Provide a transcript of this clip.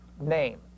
name